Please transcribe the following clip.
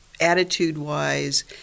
attitude-wise